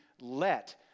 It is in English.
let